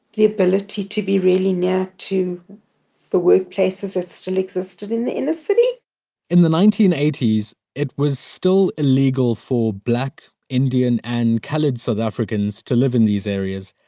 the ability to be really near to the workplaces that still existed in the inner city in the nineteen eighty s it was still illegal for black, indian, and khaled south africans to live in these areas,